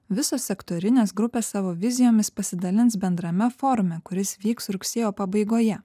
visos sektorinės grupės savo vizijomis pasidalins bendrame forume kuris vyks rugsėjo pabaigoje